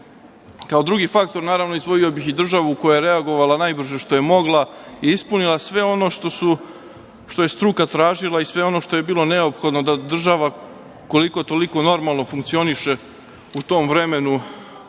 drugi faktor, naravno, izdvojio bih i državu koja je reagovala najbrže što je mogla i ispunila sve ono što je struka tražila i sve ono što je bilo neophodno da država, koliko-toliko, normalno funkcioniše u tom vremenu